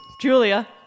Julia